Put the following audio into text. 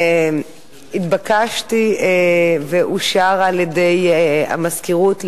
התבקשתי ואושר על-ידי המזכירות לאשר.